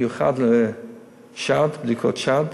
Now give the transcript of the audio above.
מיוחד לבדיקות שד,